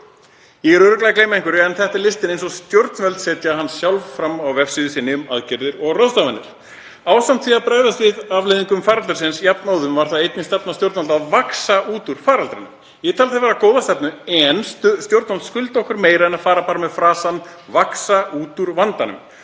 Ég er örugglega að gleyma einhverju en þetta er listinn eins og stjórnvöld setja hann sjálf fram á vefsíðu sinni um aðgerðir og ráðstafanir. Ásamt því að bregðast við afleiðingum faraldursins jafnóðum var það einnig stefna stjórnvalda að vaxa út úr faraldrinum. Ég taldi það vera góða stefnu en stjórnvöld skulda okkur meira en að fara bara með frasann, að vaxa út úr vandanum.